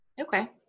Okay